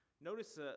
Notice